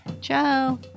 Ciao